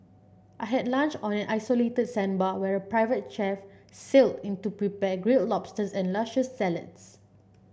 I had lunch on an isolated sandbar where a private chef sailed in to prepare grilled lobsters and luscious salads